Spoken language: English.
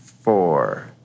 four